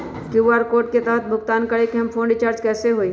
QR code के तहद भुगतान करके हम फोन रिचार्ज कैसे होई?